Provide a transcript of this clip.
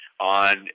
on